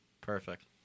Perfect